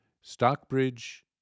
Stockbridge